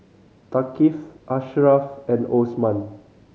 Thaqif Ashraff and Osman